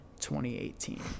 2018